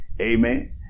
Amen